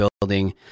building